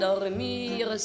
dormir